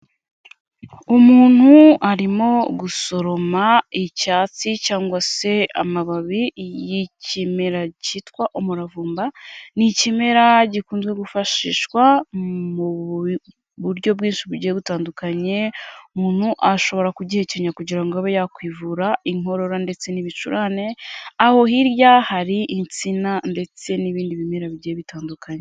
Umuntu arimo gusoroma icyatsi cyangwa se amababi y'ikimera kitwa "umuravumba", ni ikimera gikunze gufashishwa mu buryo bwinshi bugiye butandukanye umuntu ashobora kugihekenya kugira ngo abe yakwivura inkorora ndetse n'ibicurane, aho hirya hari insina ndetse n'ibindi bimera bigiye bitandukanye.